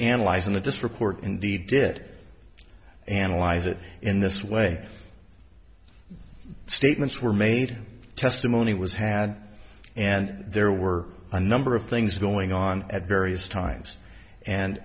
analyze and this report indeed did analyze it in this way statements were made testimony was had and there were a number of things going on at various times and